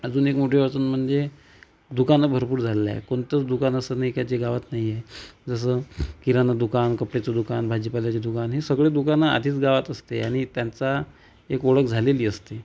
अजून एक मोठी अडचण म्हणजे दुकानं भरपूर झालेली आहे कोणतंच दुकान असं नाही आहे की जे गावात नाही आहे जसं किराणा दुकान कपड्याचं दुकान भाजीपाल्याचे दुकान ही सगळी दुकानं आधीच गावात असते आणि त्यांचा एक ओळख झालेली असते